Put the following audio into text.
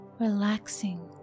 relaxing